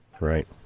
Right